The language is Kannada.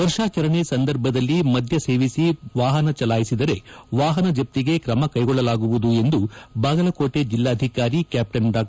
ವರ್ಷಾಚರಣೆ ಸಂದರ್ಭದಲ್ಲಿ ಮದ್ದು ಸೇವಿಸಿ ವಾಹನ ಚಲಾಯಿಸಿದರೆ ವಾಹನ ಜಪ್ತಿಗೆ ಕ್ರಮ ಕೈಗೊಳ್ಳಲಾಗುತ್ತಿದೆ ಎಂದು ಬಾಗಲಕೋಟೆ ಜಿಲ್ಲಾಧಿಕಾರಿ ಕ್ಯಾಪ್ಟನ್ ಡಾ